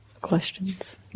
questions